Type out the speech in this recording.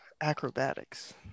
acrobatics